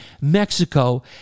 Mexico